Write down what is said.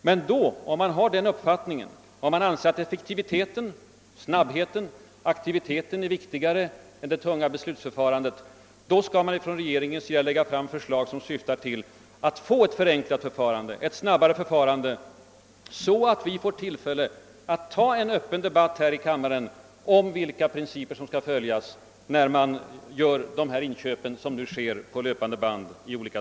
Men om man har den uppfattningen, om man anser att effektiviteten, snabbheten och aktiviteten är viktigare än det tunga beslutsförfarandet då skall regeringen lägga fram förslag som syftar till att få ett enklare och snabbare förfarande, så att vi får tillfälle att här i kammaren ha en öppen debatt om vilka principer som skall följas när man, som nu sker, förstatligar företag på löpande band.